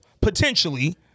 potentially